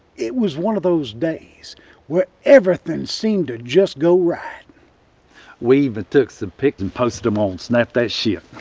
it was one of those days where everything seemed to just go right we even but took some pics and posted them on snap that shit.